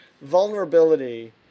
vulnerability